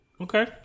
Okay